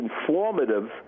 informative